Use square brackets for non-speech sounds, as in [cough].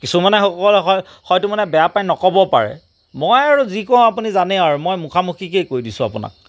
কিছুমানে [unintelligible] হয়তো মানে নক'ব পাৰে মই আৰু যি কওঁ আপুনি জানেই আৰু মুখা মুখিকৈ কৈ দিছোঁ আৰু